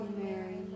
Mary